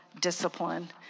discipline